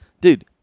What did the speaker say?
Dude